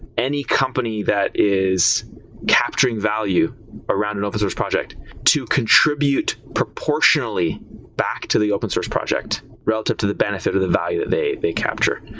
any company that is capturing value around an open source project to contribute proportionally back to the open source project relative to the benefit of the value that they they capture.